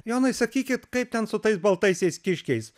jonai sakykit kaip ten su tais baltaisiais kiškiais